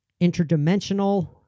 Interdimensional